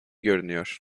görünüyor